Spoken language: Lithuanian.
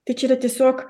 tai čia yra tiesiog